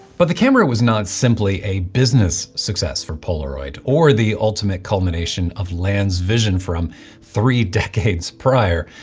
but the camera was not simply a business success for polaroid, or the ultimate culmination of land's vision from three decades prior,